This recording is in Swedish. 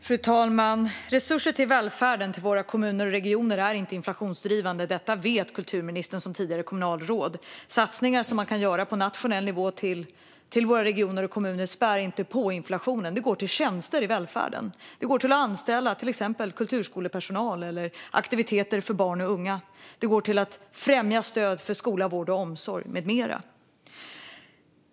Fru talman! Resurser till välfärden - till våra kommuner och regioner - är inte inflationsdrivande. Detta vet kulturministern som tidigare kommunalråd. Satsningar som man kan göra på nationell nivå till våra regioner och kommuner spär inte på inflationen, utan de går till tjänster i välfärden. De går exempelvis till att anställa kulturskolepersonal eller till aktiviteter för barn och unga. De går till att främja stöd för skola, vård och omsorg med mera.